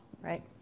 right